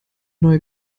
neue